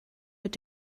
mit